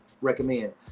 recommend